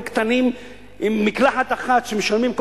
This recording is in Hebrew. קטנים עם מקלחת אחת וכל זוג צעיר משלם,